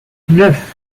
neuf